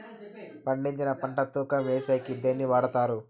పండించిన పంట తూకం వేసేకి దేన్ని వాడతారు?